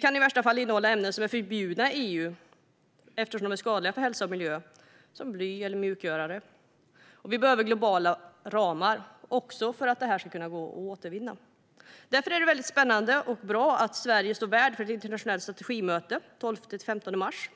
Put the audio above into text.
kan i värsta fall innehålla ämnen som är förbjudna i EU eftersom de är skadliga för hälsa och miljö, till exempel bly eller mjukgörare. Vi behöver globala ramar - också för återvinning. Därför är det spännande och bra att Sverige med miljöminister Karolina Skog står värd för ett internationellt strategimöte den 12-15 mars.